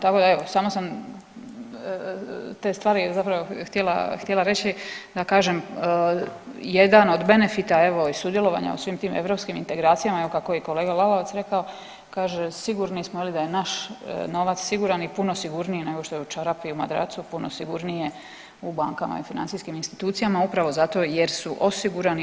Tako da evo samo sam te stvari htjela reći da kažem jedan od benefita i sudjelovanja u svim tim europskim integracijama, kako je i kolega Lalovac rekao kaže sigurni smo da je naš novac siguran i puno sigurniji nego što je u čarapi i u madracu, puno sigurnije u bankama i financijskim institucijama upravo zato jer su osigurani.